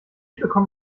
bekommt